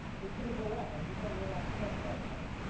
it's going to go up, i'm just under a lot of stress right now.